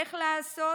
איך לעשות,